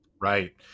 Right